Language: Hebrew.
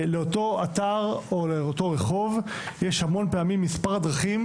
לאותו אתר או לאותו רחוב יש המון פעמים מספר דרכים